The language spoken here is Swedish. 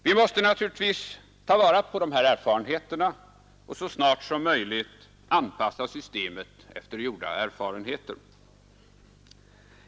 Vi måste naturligtvis ta vara på de här erfarenheterna och så snart som möjligt anpassa systemet efter gjorda erfarenheter.